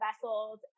vessels